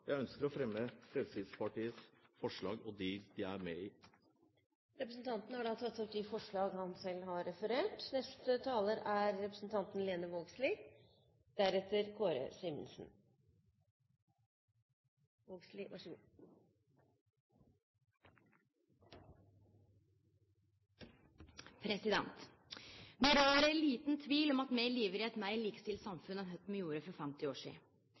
Jeg ønsker å ta opp Fremskrittspartiets forslag og forslag der vi er medforslagsstiller. Representanten Ib Thomsen har tatt opp de forslag han refererte til. Det rår liten tvil om at me lever i eit meir likestilt samfunn enn kva me gjorde for 50 år